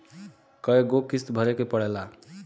कय गो किस्त भरे के पड़ेला?